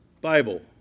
Bible